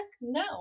No